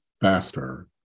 faster